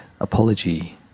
apology